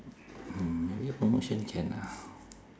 hmm maybe a promotion can lah